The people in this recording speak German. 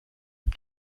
dem